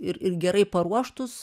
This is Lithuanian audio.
ir ir gerai paruoštus